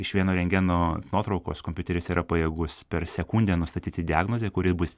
iš vieno rentgeno nuotraukos kompiuteris yra pajėgus per sekundę nustatyti diagnozę kuri bus